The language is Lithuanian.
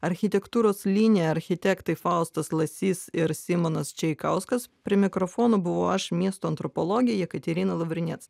architektūros linija architektai faustas lasys ir simonas čaikauskas prie mikrofono buvau aš miesto antropologė jekaterina lavrinec